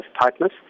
tightness